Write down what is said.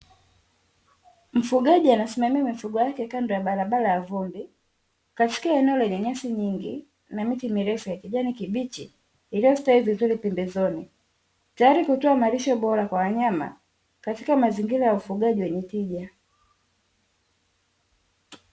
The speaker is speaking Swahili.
Mfugaji anasimamia mifugo yake kando ya barabara ya vumbi katika eneo lenye nyasi nyingi na miti mirefu ya kijani kibichi iliyostawi vizuri pembezoni, tayari kutoa malisho bora kwa wanyama katika mazingira ya ufugaji wenye tija.